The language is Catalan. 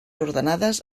ordenades